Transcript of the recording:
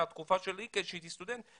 מהתקופה שלי שאני הייתי סטודנט,